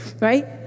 right